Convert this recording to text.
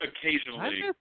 occasionally